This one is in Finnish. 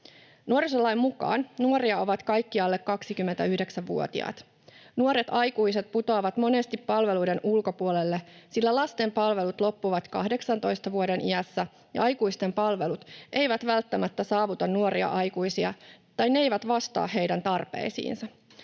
Nuorisolain mukaan nuoria ovat kaikki alle 29-vuotiaat. Nuoret aikuiset putoavat monesti palveluiden ulkopuolelle, sillä lasten palvelut loppuvat 18 vuoden iässä, ja aikuisten palvelut eivät välttämättä saavuta nuoria aikuisia, tai ne eivät vastaa heidän tarpeisiinsa.